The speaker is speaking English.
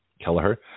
Kelleher